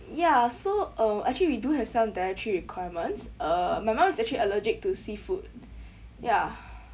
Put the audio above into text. ya so um actually we do have some dietary requirements uh my mom is actually allergic to seafood ya